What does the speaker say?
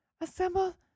assemble